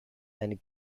and